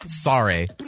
Sorry